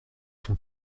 sont